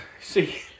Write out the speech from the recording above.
see